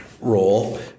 role